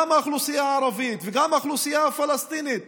גם האוכלוסייה הערבית וגם האוכלוסייה הפלסטינית